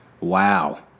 Wow